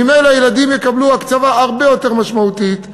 ממילא הילדים יקבלו הקצבה הרבה יותר משמעותית.